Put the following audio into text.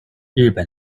日本